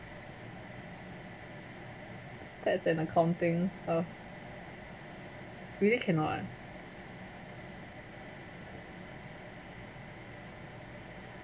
stats and accounting oh really cannot ah